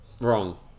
Wrong